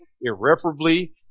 irreparably